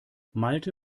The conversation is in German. malte